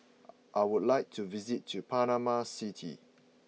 I would like to visit Panama City